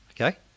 Okay